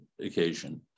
occasion